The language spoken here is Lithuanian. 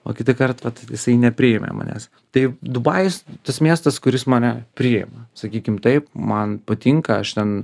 o kitąkart vat jisai nepriėmė manęs tai dubajus tas miestas kuris mane priima sakykim taip man patinka aš ten